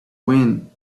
wind